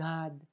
God